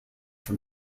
from